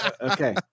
Okay